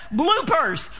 bloopers